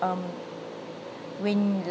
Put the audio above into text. um when